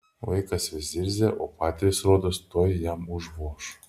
vaikas vis zirzė o patėvis rodos tuoj jam užvoš